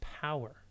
power